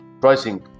pricing